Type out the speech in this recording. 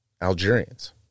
Algerians